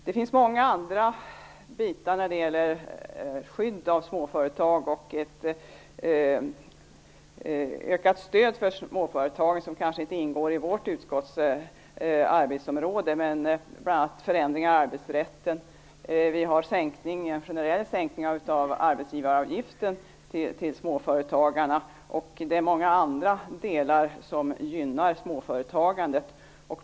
Det finns många andra bitar när det gäller skydd av småföretag och ett ökat stöd för småföretagen, som kanske inte ingår i vårt utskotts arbetsområde, bl.a. förändringar i arbetsrätten. Det är en generell sänkning av arbetsgivaravgiften för småföretagarna, och det är många andra delar som gynnar småföretagandet.